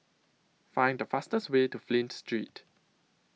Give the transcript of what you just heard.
Find The fastest Way to Flint Street